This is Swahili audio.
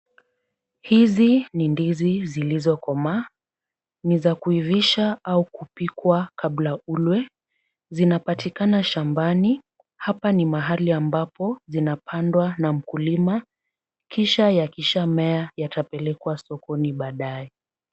Hizi ni ndizi zilizokomaa. Ni za kuivisha au kupikwa kabla ulwe, zinapatikana shambani. Hapa ni mahali ambapo zinapandwa na mkulima kisha yakisha mea yatapelekwa sokoni baadae.